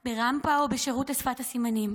עם רמפה או שירות לשפת הסימנים,